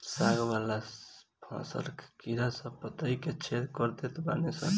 साग वाला फसल के कीड़ा सब पतइ के छेद कर देत बाने सन